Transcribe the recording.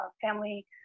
family